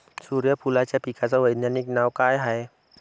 सुर्यफूलाच्या पिकाचं वैज्ञानिक नाव काय हाये?